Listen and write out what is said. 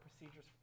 procedures